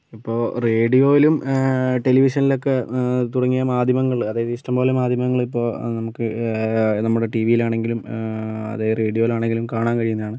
ഇപ്പോൾ റേഡിയോയിലും ടെലിവിഷനിലും ഒക്കെ തുടങ്ങിയ മാധ്യമങ്ങളിൽ അതായത് ഇഷ്ടം പോലെ മാധ്യമങ്ങൾ ഇപ്പോൾ നമുക്ക് നമ്മുടെ ടീവിയിൽ ആണെങ്കിലും അത് റേഡിയോയിൽ ആണെങ്കിലും കാണാൻ കഴിയുന്നതാണ്